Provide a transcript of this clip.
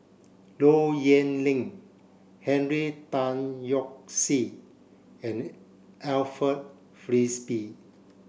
Low Yen Ling Henry Tan Yoke See and Alfred Frisby